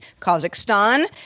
Kazakhstan